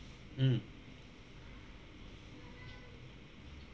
mm